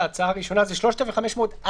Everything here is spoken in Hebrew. אני חושבת שאת סעיף הסרת העיקולים אולי